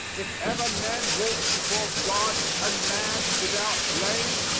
if ever men walked before god and man without blame,